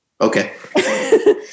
Okay